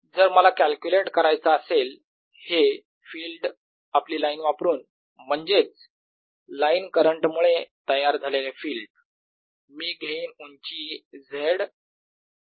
जर मला कॅल्क्युलेट करायचं असेल हे फिल्ड आपली लाईन वापरून - म्हणजेच लाईन करंट मुळे तयार झालेले फिल्ड मी घेईन उंची z हे आहे y हे आहे x